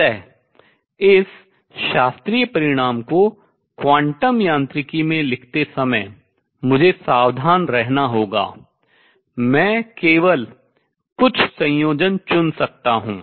अत इस शास्त्रीय परिणाम को क्वांटम यांत्रिकी अर्थ में लिखते समय मुझे सावधान रहना होगा मैं केवल कुछ संयोजन चुन सकता हूँ